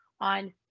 on